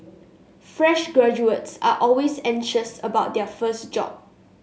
fresh graduates are always anxious about their first job